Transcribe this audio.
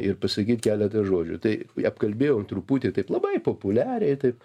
ir pasakyt keletą žodžių tai apkalbėjom truputį taip labai populiariai taip